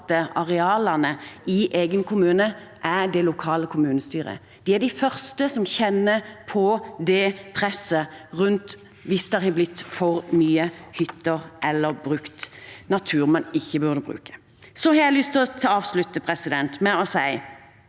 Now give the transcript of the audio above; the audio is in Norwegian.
arealene i en kommune er det lokale kommunestyret. De er de første som kjenner på presset om det har blitt for mange hytter eller brukt natur man ikke burde bruke. Jeg har lyst til å avslutte med å si: